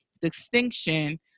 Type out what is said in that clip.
distinction